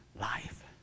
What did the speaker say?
life